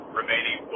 remaining